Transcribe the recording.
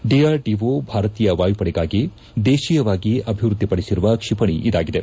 DRDO ಭಾರತೀಯ ವಾಯುಪಡೆಗಾಗಿ ದೇಹೀಯವಾಗಿ ಅಭಿವೃದ್ಧಿಪಡಿಸಿರುವ ಕ್ಷಿಪಣಿ ಇದಾಗಿದೆ